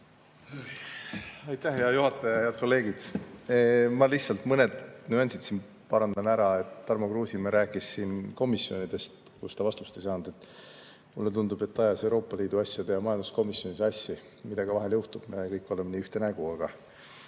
Aitäh, hea juhataja! Head kolleegid! Ma lihtsalt mõned nüansid siin parandan ära. Tarmo Kruusimäe rääkis siin komisjonidest, kus ta vastust ei saanud. Mulle tundub, et ta ajas Euroopa Liidu asjade ja majanduskomisjoni sassi. Midagi vahel juhtub, me kõik oleme nii ühte nägu, aga